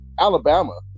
alabama